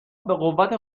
بقوت